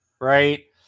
right